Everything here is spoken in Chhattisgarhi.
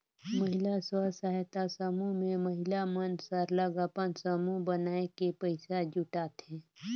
महिला स्व सहायता समूह में महिला मन सरलग अपन समूह बनाए के पइसा जुटाथें